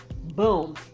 Boom